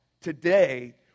today